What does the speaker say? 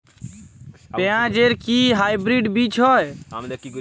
পেঁয়াজ এর কি হাইব্রিড বীজ হয়?